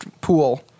pool